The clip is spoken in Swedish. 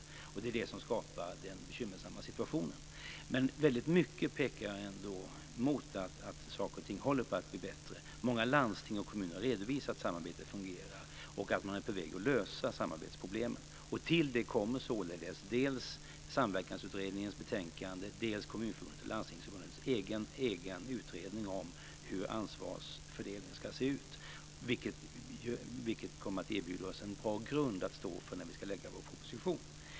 Det är det som skapar den bekymmersamma situationen. Mycket pekar ändå mot att saker och ting håller på att bli bättre. Många landsting och kommuner har redovisat att samarbetet fungerar och att de är på väg att lösa samarbetsproblemen. Till detta kommer dels Samverkansutredningens betänkande, dels Kommunförbundets och Landstingsförbundets egen utredning om hur ansvarsfördelningen ska se ut, vilket kommer att erbjuda oss en bra grund när vi ska lägga fram vår proposition.